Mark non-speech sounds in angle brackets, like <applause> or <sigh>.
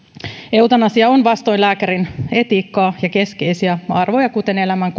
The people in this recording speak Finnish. eutanasia on vastoin lääkärin etiikkaa ja keskeisiä arvoja kuten elämän <unintelligible>